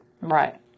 Right